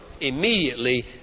immediately